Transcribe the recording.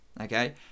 Okay